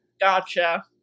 Gotcha